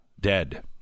dead